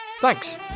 Thanks